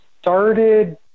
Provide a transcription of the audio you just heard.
started